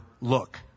look